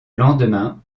lendemain